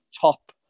top